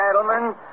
gentlemen